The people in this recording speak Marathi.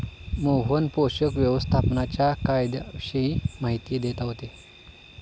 मोहन पोषक व्यवस्थापनाच्या फायद्यांविषयी माहिती देत होते